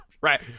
right